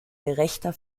gerechter